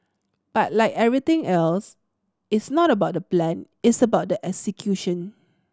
but like everything else it's not about the plan it's about the execution